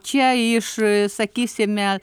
čia iš sakysime